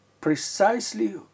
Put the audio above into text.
precisely